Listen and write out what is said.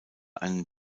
einen